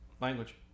language